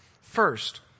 First